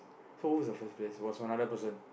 so who is the first place was for another person